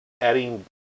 adding